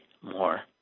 more